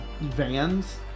vans